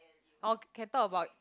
or can talk about